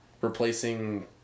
replacing